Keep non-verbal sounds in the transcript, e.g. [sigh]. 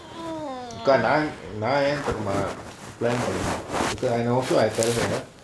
[noise] அக்கா நா நா ஏன் தெரியுமா:akka naa naa yaen theriyumaa plan பண்ணனும்:pannanum because I know also I tell her